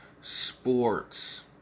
sports